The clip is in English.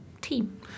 team